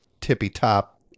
tippy-top